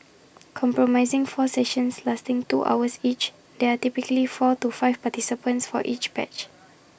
comprising four sessions lasting two hours each there are typically four to five participants for each batch